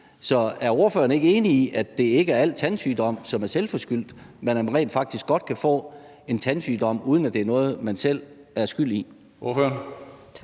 Så er ordføreren ikke enig i, at det ikke er al tandsygdom, som er selvforskyldt, men at man rent faktisk godt kan få en tandsygdom, uden at det er noget, man selv er skyld i?